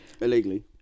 Illegally